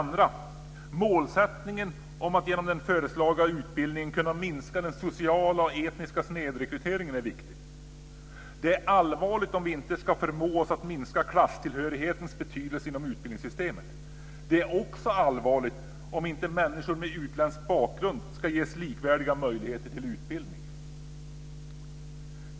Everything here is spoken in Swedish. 2. Målsättningen att genom den föreslagna utbildningen kunna minska den sociala och etniska snedrekryteringen är viktig. Det är allvarligt om vi inte ska förmå oss att minska klasstillhörighetens betydelse inom utbildningssystemet. Det är också allvarligt om människor med utländsk bakgrund inte ska ges likvärdiga möjligheter till utbildning.